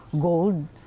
gold